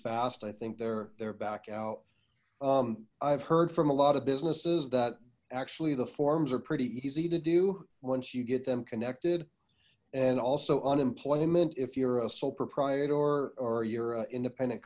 fast i think they're they're back out i've heard from a lot of businesses that actually the forms are pretty easy to do once you get them connected and also unemployment if you're a sole proprietor or your independent